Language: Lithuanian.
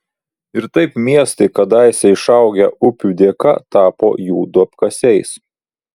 ir taip miestai kadaise išaugę upių dėka tapo jų duobkasiais